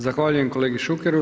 Zahvaljujem kolegi Šukeru.